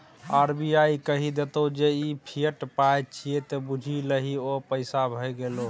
RBI कहि देतौ जे ई फिएट पाय छियै त बुझि लही ओ पैसे भए गेलै